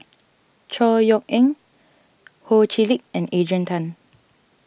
Chor Yeok Eng Ho Chee Lick and Adrian Tan